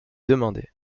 demandée